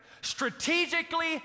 strategically